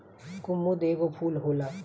कुमुद एगो फूल होला